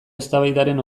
eztabaidaren